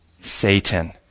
Satan